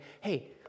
hey